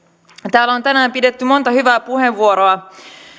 täällä on tänään pidetty monta hyvää puheenvuoroa